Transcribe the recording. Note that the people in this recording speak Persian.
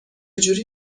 جوری